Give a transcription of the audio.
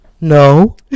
no